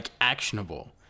actionable